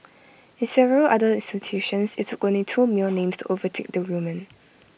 in several other institutions IT took only two male names to overtake the women